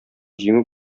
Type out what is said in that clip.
җиңү